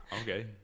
Okay